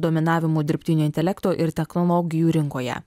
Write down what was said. dominavimu dirbtinio intelekto ir teknologijų rinkoje